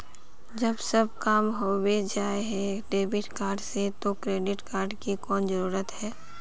जब सब काम होबे जाय है डेबिट कार्ड से तो क्रेडिट कार्ड की कोन जरूरत है?